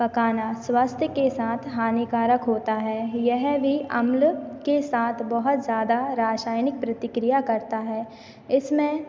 पकाना स्वास्थ्य के साथ हानिकारक होता है यह भी अम्ल के साथ बहुत ज़्यादा रासायनिक प्रतिक्रिया करता है इसमें